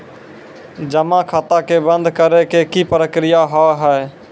जमा खाता के बंद करे के की प्रक्रिया हाव हाय?